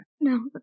No